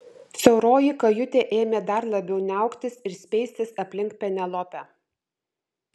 siauroji kajutė ėmė dar labiau niauktis ir speistis aplink penelopę